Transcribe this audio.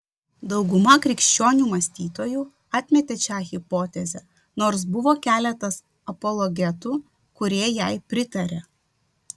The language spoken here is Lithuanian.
dauguma krikščionių mąstytojų atmetė šią hipotezę nors buvo keletas apologetų kurie jai pritarė